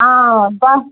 آ بَس